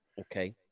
Okay